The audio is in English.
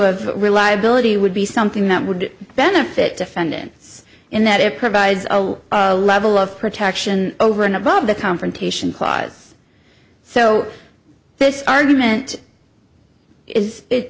of reliability would be something that would benefit defendants in that it provides a low level of protection over and above the confrontation clause so this argument is it